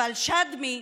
אבל שדמי,